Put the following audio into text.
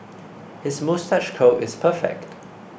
his moustache curl is perfect